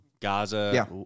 Gaza